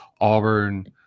Auburn